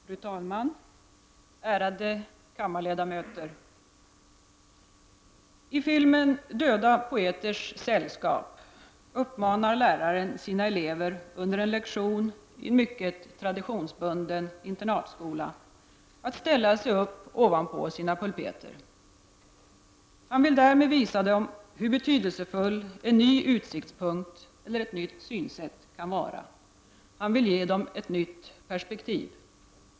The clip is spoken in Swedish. Fru talman, ärade kammarledamöter! I filmen ”Döda poeters sällskap” uppmanar läraren sina elever under en lektion i en mycket traditionsbunden internatskola att ställa sig ovanpå sina pulpeter. Han vill därmed visa dem hur betydelsefull en ny utsiktspunkt eller ett nytt synsätt kan vara. Han vill ge eleverna ett nytt perspektiv.